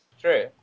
True